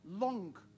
long